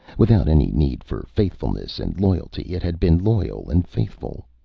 without any need for faithfulness and loyalty, it had been loyal and faithful.